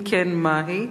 אם כן, מהי?